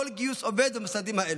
כל גיוס עובד במשרדים האלה,